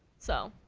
so.